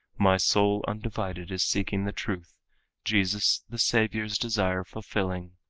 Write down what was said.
my soul undivided is seeking the truth jesus the savior's desire fulfilling,